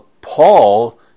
Paul